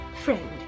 friend